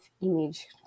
image